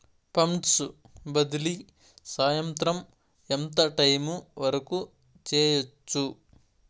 funds బదిలీ సాయంత్రం ఎంత టైము వరకు చేయొచ్చు